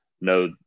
No